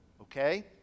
Okay